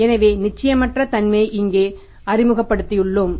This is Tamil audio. எனவே நிச்சயமற்ற தன்மையை இங்கே அறிமுகப்படுத்தியுள்ளோம்